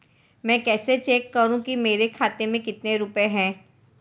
मैं कैसे चेक करूं कि मेरे खाते में कितने रुपए हैं?